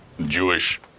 Jewish